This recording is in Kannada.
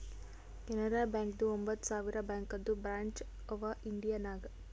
ಕೆನರಾ ಬ್ಯಾಂಕ್ದು ಒಂಬತ್ ಸಾವಿರ ಬ್ಯಾಂಕದು ಬ್ರ್ಯಾಂಚ್ ಅವಾ ಇಂಡಿಯಾ ನಾಗ್